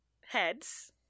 heads